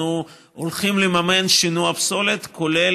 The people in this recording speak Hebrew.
אנחנו הולכים לממן שינוע פסולת כולל